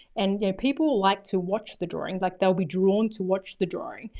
and you know, people like to watch the drawings, like they'll be drawn to watch the drawing.